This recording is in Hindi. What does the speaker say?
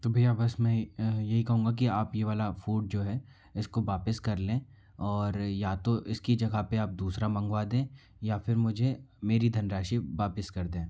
तो भैया बस मैं यही कहूँगा कि आप ये वाला फूड जो है इसको वापस कर लें और या तो इसकी जगह पर आप दूसरा मंगवा दें या फिर मुझे मेरी धनराशि वापस कर दें